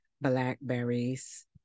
blackberries